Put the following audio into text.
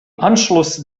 anschluss